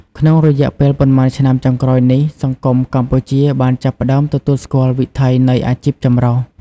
ក្នុងរយៈពេលប៉ុន្មានឆ្នាំចុងក្រោយនេះ សង្គមកម្ពុជាបានចាប់ផ្តើមទទួលស្គាល់វិថីនៃអាជីពចម្រុះ។